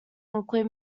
include